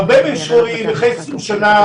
בהרבה מישורים אחרי 20 שנים